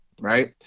right